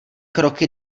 kroky